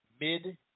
mid